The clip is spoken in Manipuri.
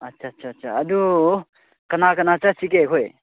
ꯑꯠꯁꯥ ꯁꯥ ꯁꯥ ꯑꯗꯨ ꯀꯅꯥ ꯀꯅꯥ ꯆꯠꯁꯤꯒꯦ ꯑꯩꯈꯣꯏ